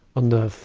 on the,